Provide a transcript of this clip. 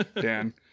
Dan